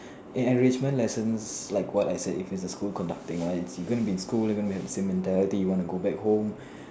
in enrichment lessons like what I said if it's a school conducting one it's you're gonna be in school you're gonna have the same mentality you're gonna go back home